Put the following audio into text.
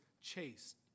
chaste